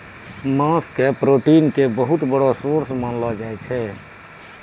मांस के प्रोटीन के बहुत बड़ो सोर्स मानलो जाय छै